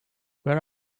where